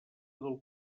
del